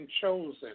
chosen